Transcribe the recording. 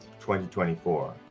2024